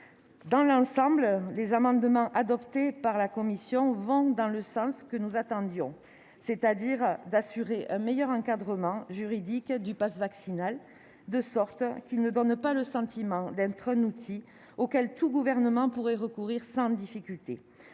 Dans l'ensemble, les amendements adoptés en commission vont dans le sens que nous attendions : ils visent à assurer un meilleur encadrement juridique du passe vaccinal de sorte qu'il ne donne pas le sentiment d'être un outil auquel tout gouvernement pourrait recourir sans difficulté.